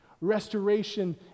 Restoration